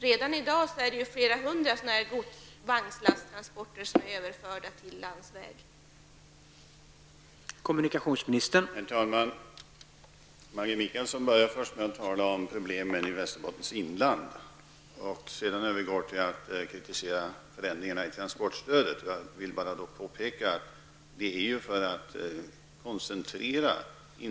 Redan i dag har flera hundra vagnslasttransporter fått överföras till transporter på landsväg.